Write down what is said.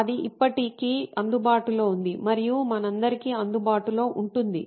అది ఇప్పటికీ అందుబాటులో ఉంది మరియు మనందరికీ అందుబాటులో ఉంటుంది